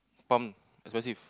pump expensive